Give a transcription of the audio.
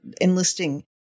enlisting